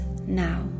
now